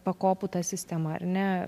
pakopų sistema ar ne